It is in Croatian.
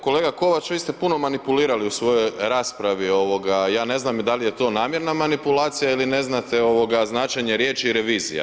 Kolega Kovač, vi ste puno manipulirali u svojoj raspravi, ja ne znam da li je to namjerna manipulacija ili ne znate značenje riječi revizija.